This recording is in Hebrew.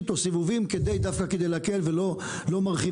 או סיבובים דווקא כדי להקל ולא מרחיבים.